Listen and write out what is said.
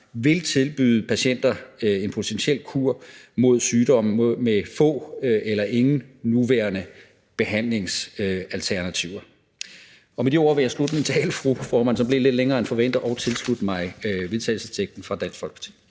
vil tilbyde patienter en potentiel kur mod sygdomme med få eller ingen nuværende behandlingsalternativer. Med de ord vil jeg slutte min tale, fru formand, som blev lidt længere end forventet, og tilslutte mig vedtagelsesteksten fra Dansk Folkepartis